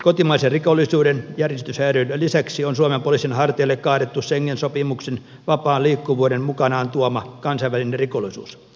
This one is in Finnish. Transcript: kotimaisen rikollisuuden järjestyshäiriöiden lisäksi on suomen poliisin hartioille kaadettu schengen sopimuksen vapaan liikkuvuuden mukanaan tuoma kansainvälinen rikollisuus